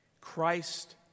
Christ